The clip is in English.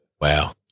wow